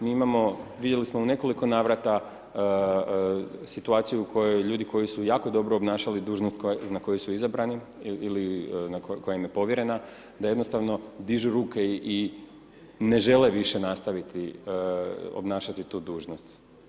Mi imamo, vidjeli smo u nekoliko navrata situaciju u kojoj ljudi koji su jako dobro obnašali dužnost na koju su izabrani ili koja im je povjerena, da jednostavno dižu ruke i ne žele više nastaviti obnašati tu dužnost.